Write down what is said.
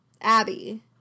Abby